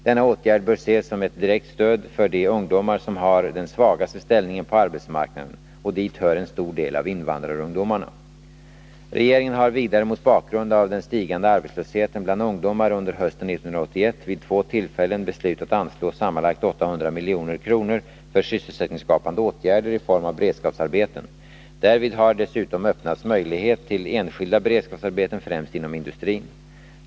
Denna åtgärd bör ses som ett direkt stöd för de ungdomar som har den svagaste ställningen på arbetsmarknaden, och dit hör en stor del av invandrarungdomarna. Regeringen har vidare mot bakgrund av den stigande arbetslösheten bland ungdomar under hösten 1981 vid två tillfällen beslutat anslå sammanlagt 800 milj.kr. för sysselsättningsskapande åtgärder i form av beredskapsarbeten. Därvid har dessutom öppnats möjlighet till enskilda beredskapsarbeten främst inom industrin.